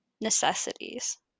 necessities